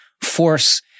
force